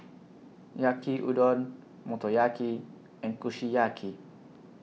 Yaki Udon Motoyaki and Kushiyaki